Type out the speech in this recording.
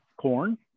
corn